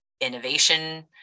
innovation